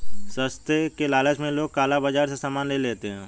सस्ते के लालच में लोग काला बाजार से सामान ले लेते हैं